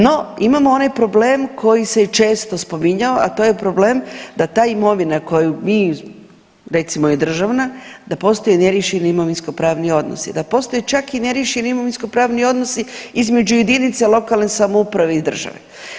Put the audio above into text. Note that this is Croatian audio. No imamo onaj problem koji se često spominjao, a to je problem da ta imovina koju mi recimo je državna, da postoje neriješeni imovinskopravni odnosi, da postoje čak i neriješeni imovinskopravni odnosi između jedinice lokalne samouprave i države.